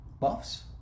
Buffs